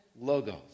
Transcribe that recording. logos